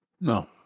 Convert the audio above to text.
No